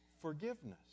forgiveness